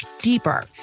deeper